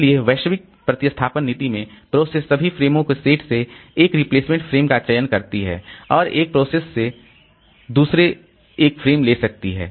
इसलिए वैश्विक प्रतिस्थापन नीति में प्रोसेस सभी फ़्रेमों के सेट से एक प्रतिस्थापन फ्रेम का चयन करती है और एक प्रोसेस दूसरे से एक फ्रेम ले सकती है